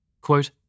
Quote